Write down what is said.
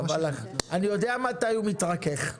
אני יודע מתי הוא מתרכך.